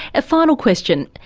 a final question,